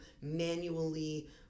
manually